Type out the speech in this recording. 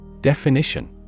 Definition